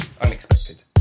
unexpected